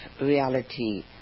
reality